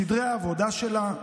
סדרי העבודה שלה,